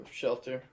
shelter